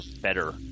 better